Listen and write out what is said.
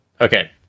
Okay